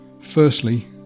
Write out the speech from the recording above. Firstly